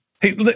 Hey